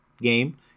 game